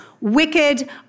wicked